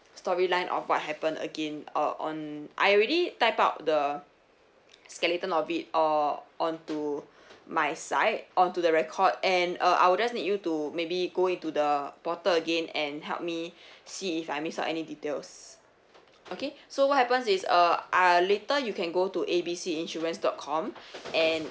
storyline of what happened again uh on I already type out the skeleton of it or onto my side onto the record and uh I will just need you to maybe go into the portal again and help me see if I miss out any details okay so what happened is uh ah later you can go to A B C insurance dot com and